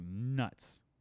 nuts